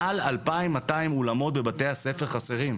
מעל אלפיים מאתיים אולמות בבתי הספר חסרים!